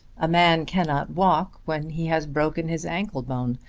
a man cannot walk when he has broken his ankle-bone,